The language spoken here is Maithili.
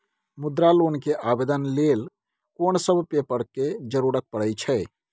मुद्रा लोन के आवेदन लेल कोन सब पेपर के जरूरत परै छै?